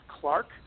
Clark